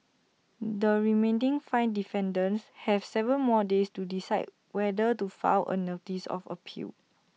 the remaining five defendants have Seven more days to decide whether to file A notice of appeal